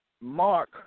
Mark